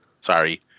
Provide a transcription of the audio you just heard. sorry